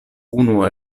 unu